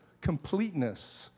completeness